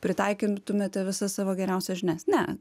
pritaikytumėte visą savo geriausias žinias ne